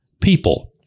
People